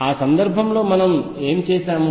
ఆ సందర్భంలో మనము ఏమి చేసాము